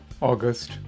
August